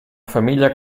famiglia